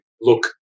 look